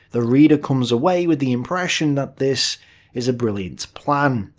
the reader comes away with the impression that this is a brilliant plan.